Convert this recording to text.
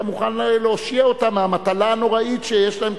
אתה מוכן להושיע אותם מהמטלה הנוראית שיש להם,